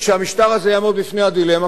וכשהמשטר הזה יעמוד בפני הדילמה,